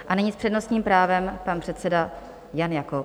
A nyní s přednostním právem pan předseda Jan Jakob.